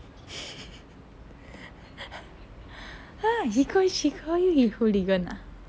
!huh! he call you she call you you hooligan ah